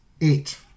eight